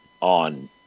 on